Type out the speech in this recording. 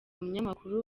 umunyamakuru